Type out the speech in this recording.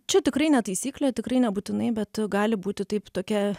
čia tikrai ne taisyklė tikrai nebūtinai bet gali būti taip tokia